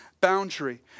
boundary